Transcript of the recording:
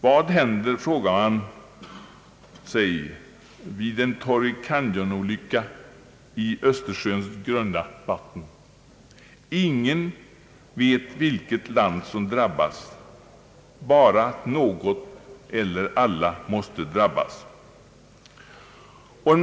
Vad händer, frågar man sig, vid en »Torrey Canyon»- olycka i Östersjöns grunda vatten. Ingen vet vilket land som drabbas, bara att något eller några måste drabbas därav.